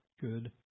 good